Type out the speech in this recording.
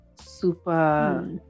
super